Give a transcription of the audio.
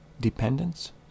dependence